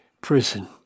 prison